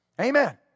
Amen